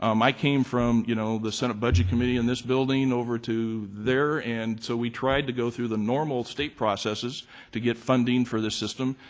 um i came from, you know, the senate budget committee in this building over to there and so we tried to go through the normal state processes to get funding for the system.